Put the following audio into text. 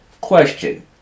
Question